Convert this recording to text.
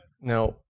Now